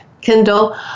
Kindle